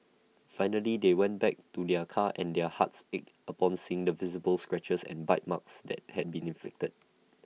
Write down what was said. finally they went back to their car and their hearts ached upon seeing the visible scratches and bite marks that had been inflicted